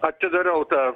atidarau tą